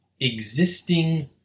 existing